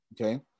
Okay